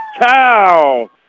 cow